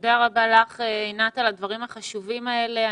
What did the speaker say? תודה רבה לך, עינת, על הדברים החשובים האלה.